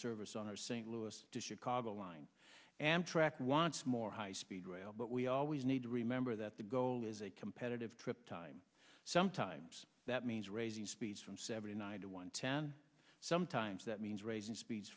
service on our st louis to chicago line and track wants more high speed rail but we always need to remember that the goal is a competitive trip time sometimes that means raising speeds from seventy nine to one ten sometimes that means raising speeds